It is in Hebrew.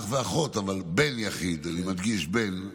הם אח ואחות, אבל בן יחיד, אני מדגיש, בן.